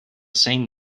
same